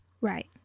right